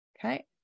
Okay